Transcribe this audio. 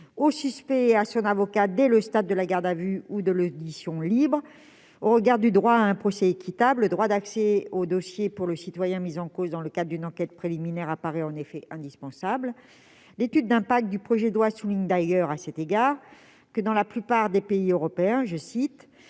au suspect et à son avocat dès le stade de la garde à vue ou de l'audition libre. Au regard du droit à un procès équitable, le droit d'accès au dossier pour le citoyen mis en cause dans le cas d'une enquête préliminaire apparaît en effet indispensable. L'étude d'impact du projet de loi souligne d'ailleurs, à cet égard, que, dans la plupart des pays européens, « parmi